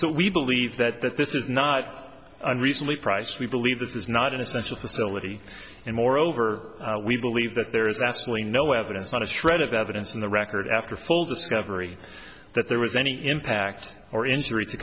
so we believe that that this is not recently priced we believe this is not an essential facility and moreover we believe that there is absolutely no evidence not a shred of evidence in the record after full discovery that there was any impact or injury to